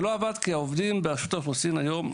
זה לא עבד כי העובדים ברשות האוכלוסין היום,